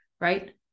Right